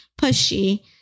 pushy